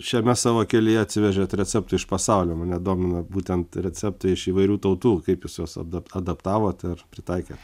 šiame savo kelyje atsivežėt receptų iš pasaulio mane domina būtent receptai iš įvairių tautų kaip jūs juos adap adaptavot ir pritaikėt